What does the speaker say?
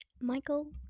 Michael